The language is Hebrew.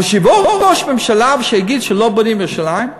אבל שיבוא ראש ממשלה ושיגיד שלא בונים בירושלים,